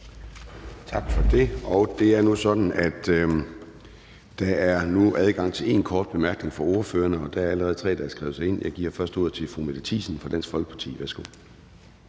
Tak for det. Det er nu sådan, at der er adgang til én kort bemærkning for ordførerne, og der er allerede tre, som har trykket sig ind. Jeg giver først ordet til fru Mette Thiesen fra Dansk Folkeparti. Værsgo.